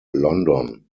london